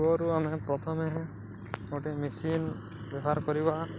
କୂଅରୁ ଆମେ ପ୍ରଥମେ ଗୋଟେ ମେସିନ୍ ବ୍ୟବହାର କରିବା